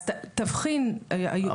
אז תבחין, כבוד היושב-ראש.